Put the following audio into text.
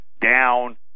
down